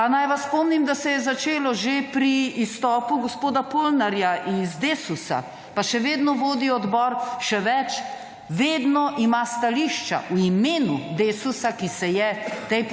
naj vas spomnim, da se je začelo že pri izstopu gospoda Polnarja iz DESUS-a, pa še vedno vodi odbor. Še več, vedno ima stališča v imenu DESUS-a, ki se je